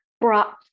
brought